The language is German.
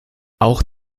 auch